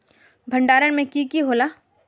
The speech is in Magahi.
भण्डारण में की की होला?